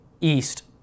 east